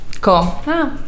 Cool